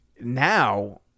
Now